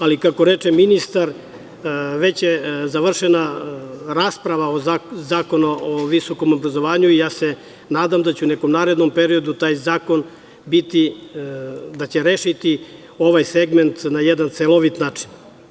Ali, kako reče ministar, već je završena rasprava o Zakonu o visokom obrazovanju i nadam se da će u nekom narednom periodu taj zakon rešiti ovaj segment na jedan celovit način.